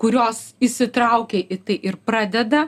kurios įsitraukia į tai ir pradeda